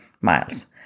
Miles